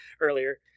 earlier